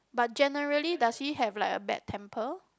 but generally does he have like a bad temper